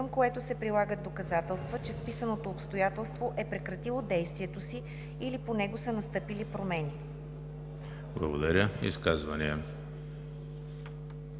което се прилагат доказателства, че вписаното обстоятелство е прекратило действието си или по него са настъпили промени.“ ПРЕДСЕДАТЕЛ